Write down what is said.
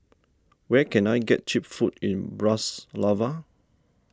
where can I get Cheap Food in Bratislava